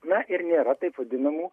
na ir nėra taip vadinamų